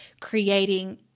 creating